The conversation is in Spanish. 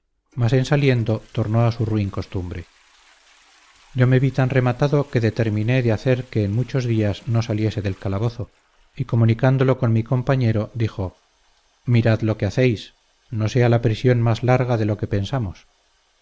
en saliendo tornó a su ruin costumbre yo me vi tan rematado que determiné de hacer que en muchos días no saliese del calabozo y comunicándolo con mi compañero dijo mirad lo que hacéis no sea la prisión más larga de lo que pensamos